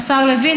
עם השר לוין,